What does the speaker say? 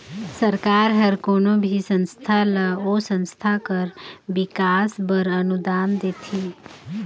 सरकार हर कोनो भी संस्था ल ओ संस्था कर बिकास बर अनुदान देथे